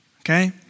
Okay